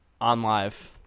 OnLive